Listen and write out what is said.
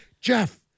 Jeff